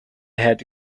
had